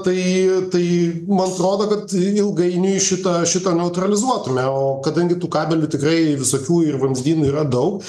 tai tai man atrodo kad ilgainiui šitą šitą neutralizuotume o kadangi tų kabelių tikrai visokių ir vamzdynų yra daug